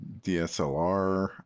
DSLR